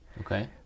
Okay